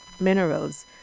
Minerals